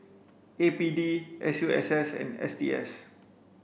A P D S U S S and S T S